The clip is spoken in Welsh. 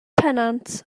pennant